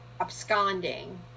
absconding